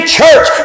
church